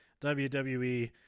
WWE